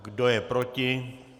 Kdo je proti?